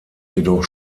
jedoch